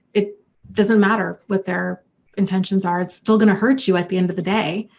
it doesn't matter what their intentions are it's still gonna hurt you at the end of the day.